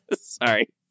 Sorry